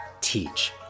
teach